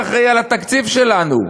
שאחראי על התקציב שלנו.